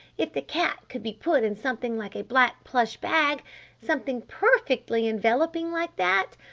if the cat could be put in something like a black plush bag something perfectly enveloping like that?